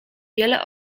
wiele